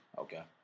Okay